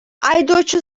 айдоочу